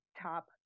top